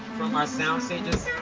from our sound stages.